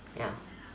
ya